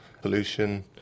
pollution